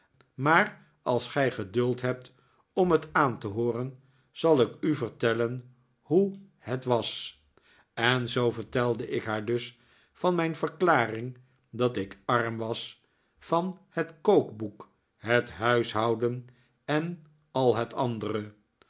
maar als gij geduld hebt om het aan te hooren zal ik u vertellen hoe het was en zoo vertelde ik haar dus van mijn verklaring dat ik arm was van het kookboek het huishouden en al het andere